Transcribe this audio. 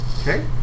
Okay